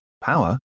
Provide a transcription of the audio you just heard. power